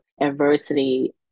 adversity